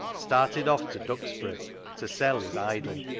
started off to duxbury to sell his idol.